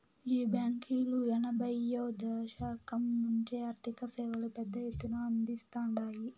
ఈ బాంకీలు ఎనభైయ్యో దశకం నుంచే ఆర్థిక సేవలు పెద్ద ఎత్తున అందిస్తాండాయి